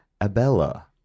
Abella